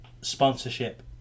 sponsorship